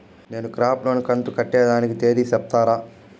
నేను crop loan కంతు కట్టేదానికి తేది సెప్తారా?